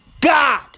God